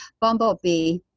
bumblebee